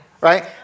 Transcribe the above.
right